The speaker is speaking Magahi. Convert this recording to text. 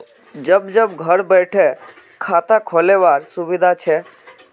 जब जब घर बैठे खाता खोल वार सुविधा छे